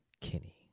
Kinney